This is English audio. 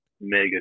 mega